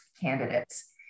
candidates